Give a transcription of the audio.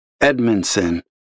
Edmondson